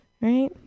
right